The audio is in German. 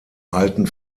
alten